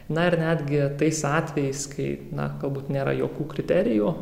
na ir netgi tais atvejais kai na galbūt nėra jokių kriterijų